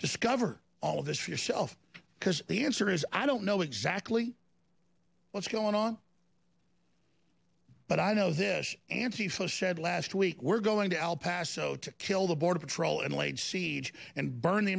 discover all of this for yourself because the answer is i don't know exactly what's going on but i know this anti fellow said last week we're going to el paso to kill the border patrol and laid siege and burn the